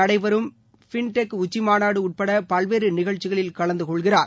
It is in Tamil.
நடைபெறும் ஃபின் டெக் உச்சிமாநாடு உட்பட பல்வேறு நிகழ்ச்சிகளில் பின்னர் கலந்துகொள்கிறார்